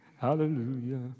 Hallelujah